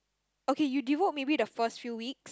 okay you devote maybe the first few weeks